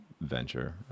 venture